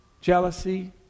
jealousy